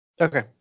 Okay